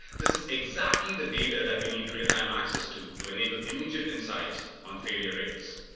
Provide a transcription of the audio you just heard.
this is exactly the data that we need real-time access to to enable immediate insights on failure rates.